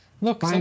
Look